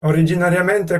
originariamente